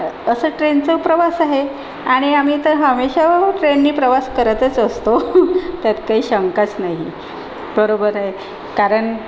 असं ट्रेनचं प्रवास आहे आणि आम्ही तर हमेशा ट्रेनने प्रवास करतच असतो त्यात काही शंकाच नाही बरोबर आहे कारण